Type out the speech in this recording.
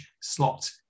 slot